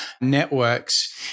networks